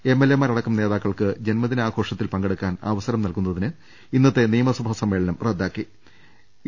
എംഎൽഎമാർ അടക്കം നേതാക്കൾക്ക് ജന്മദിനാഘോ ഷത്തിൽ പങ്കെടുക്കാൻ അവസരം നൽകുന്നതിന് ഇന്നത്തെ നിയമസഭാ സമ്മേളനം റദ്ദാക്കിയിട്ടുണ്ട്